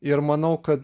ir manau kad